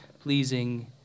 pleasing